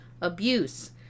abuse